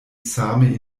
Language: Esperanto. same